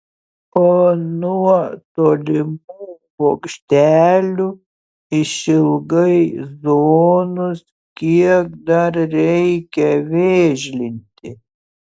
o nuo tolimų bokštelių išilgai zonos kiek dar reikia vėžlinti